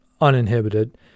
uninhibited